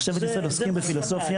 מחשבת ישראל עוסקת בפילוסופיה,